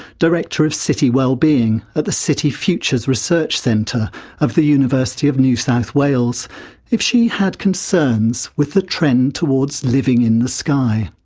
director of city wellbeing at the city futures research centre of the university of new south wales if she had concerns with the trend towards living in the sky.